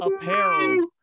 apparel